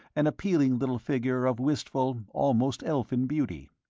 an appealing little figure of wistful, almost elfin, beauty.